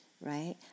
right